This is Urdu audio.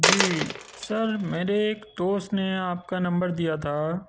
جی سر میرے ایک دوست نے آپ کا نمبر دیا تھا